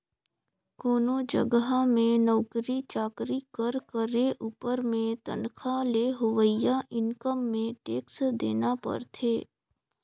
कोनो जगहा में नउकरी चाकरी कर करे उपर में तनखा ले होवइया इनकम में टेक्स देना परथे